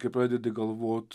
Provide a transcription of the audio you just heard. kai pradedi galvot